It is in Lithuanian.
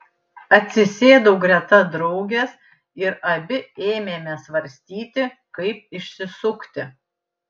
atsisėdau greta draugės ir abi ėmėme svarstyti kaip išsisukti